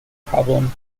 problem